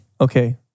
okay